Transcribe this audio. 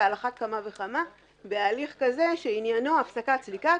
ועל אחת כמה וכמה בהליך כזה שעניינו הפסקת סליקה,